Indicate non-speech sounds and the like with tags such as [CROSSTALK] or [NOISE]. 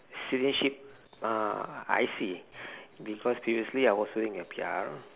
citizenship uh I_C [BREATH] because previously I was holding a P_R